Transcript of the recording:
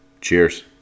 cheers